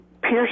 pierce